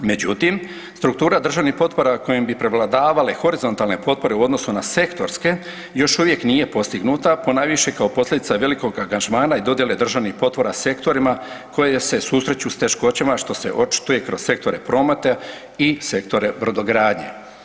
Međutim, struktura državnih potpora kojim bi prevladavale horizontalne potpore u odnosu na sektorske još uvijek nije postignuta ponajviše kao posljedica velikog angažmana i dodjele državnih potpora sektorima koje se susreću sa teškoćama što se očituje kroz Sektore prometa i Sektore brodogradnje.